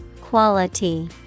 Quality